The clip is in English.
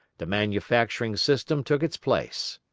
the manufacturing system took its place.